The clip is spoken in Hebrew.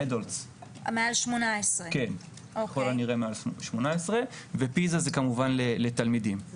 ככל הנראה מעל 18. פיזה, זה כמובן לתלמידים.